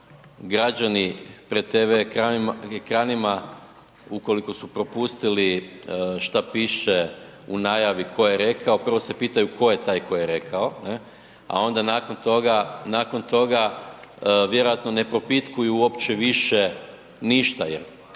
građani pred TV ekranima ukoliko su propustili šta piše u najavi ko je rekao, prvo se pitaju tko je taj koji je rekao, a onda nakon toga, nakon toga vjerojatno ne propitkuju uopće više ništa jer